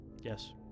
Yes